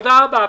תודה רבה.